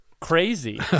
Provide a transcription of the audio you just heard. crazy